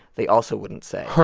they also wouldn't say.